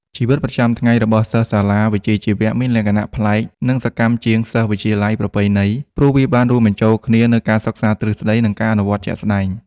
ជីវិតប្រចាំថ្ងៃរបស់សិស្សសាលាវិជ្ជាជីវៈមានលក្ខណៈប្លែកនិងសកម្មជាងសិស្សវិទ្យាល័យប្រពៃណី ព្រោះវាបានរួមបញ្ចូលគ្នានូវការសិក្សាទ្រឹស្តី និងការអនុវត្តជាក់ស្តែង។